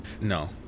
No